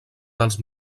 dels